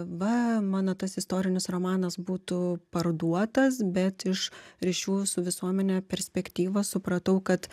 va mano tas istorinis romanas būtų parduotas bet iš ryšių su visuomene perspektyvos supratau kad